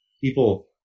people